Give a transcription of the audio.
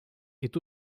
est